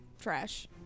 Trash